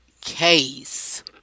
case